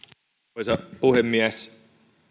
arvoisa puhemies